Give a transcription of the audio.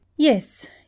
Yes